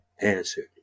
answered